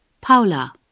Paula